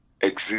exist